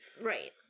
Right